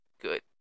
Good